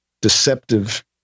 deceptive